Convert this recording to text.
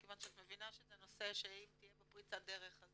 מכיוון שאת מבינה שזה נושא שאם תהיה בו פריצת דרך היא